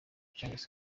charles